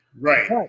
Right